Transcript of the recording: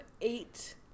eight